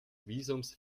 visums